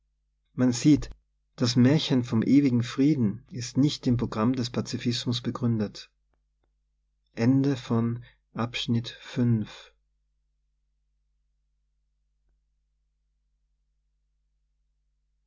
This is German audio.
man sieht das märchen vom ewigen frieden ist nicht im programm des pazifismus begründet